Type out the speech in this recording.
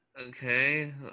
okay